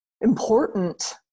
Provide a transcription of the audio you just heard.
important